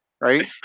right